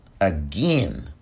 again